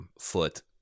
foot